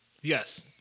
Yes